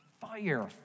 fire